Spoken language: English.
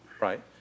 Right